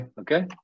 Okay